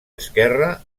esquerre